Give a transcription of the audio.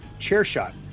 CHAIRSHOT